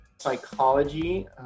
psychology